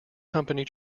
company